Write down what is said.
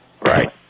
Right